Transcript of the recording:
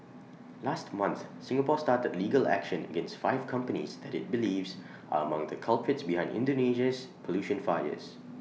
last month Singapore started legal action against five companies that IT believes are among the culprits behind Indonesia's pollution fires